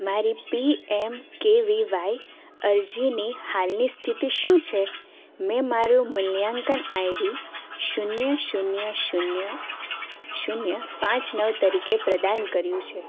મારી P M K V Y અરજીની હાલની સ્થિતિ શું છે મેં મારું મૂલ્યાંકન આઈડી શૂન્ય શૂન્ય શૂન્ય શૂન્ય પાંચ નવ તરીકે પ્રદાન કર્યું છે